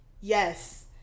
yes